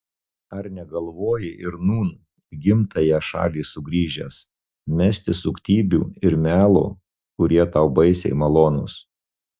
ar negalvoji ir nūn į gimtąją šalį sugrįžęs mesti suktybių ir melo kurie tau baisiai malonūs